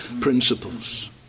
principles